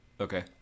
Okay